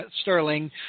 Sterling